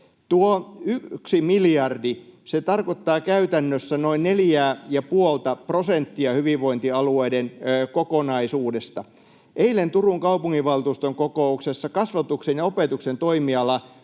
Tuo yksi miljardi tarkoittaa käytännössä noin 4,5:tä prosenttia hyvinvointialueiden kokonaisuudesta. Eilen Turun kaupunginvaltuuston kokouksessa kasvatuksen ja opetuksen toimiala